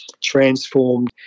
transformed